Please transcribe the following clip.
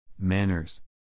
manners